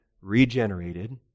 regenerated